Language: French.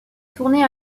tourner